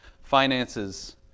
finances